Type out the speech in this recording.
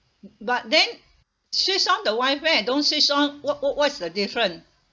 but then switch on the wifi and don't switch on wha~ what's the difference